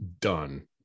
done